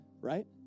Right